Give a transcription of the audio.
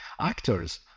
actors